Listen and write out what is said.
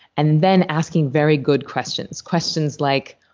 and then asking very good questions, questions like,